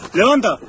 Levanta